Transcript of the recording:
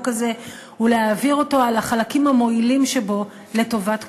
הזה ולהעביר אותו על החלקים המועילים שבו לטובת כולנו.